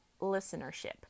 listenership